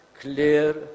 clear